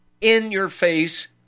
in-your-face